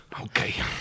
Okay